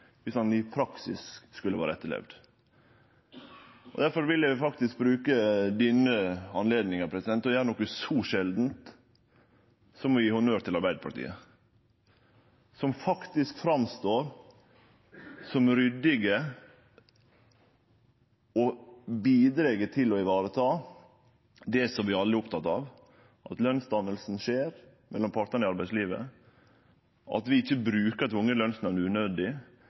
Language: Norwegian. viss han i praksis skulle vore etterlevd. Difor vil eg bruke denne anledninga til å gjere noko så sjeldan som å gje honnør til Arbeidarpartiet, som faktisk framstår som ryddige og bidreg til å vareta det som vi alle er opptekne av, at lønsdanninga skjer mellom partane i arbeidslivet, og at vi ikkje bruker tvungen lønsnemnd unødig,